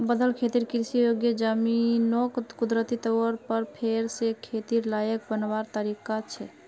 बदल खेतिर कृषि योग्य ज़मीनोक कुदरती तौर पर फेर से खेतिर लायक बनवार तरीका छे